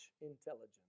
intelligence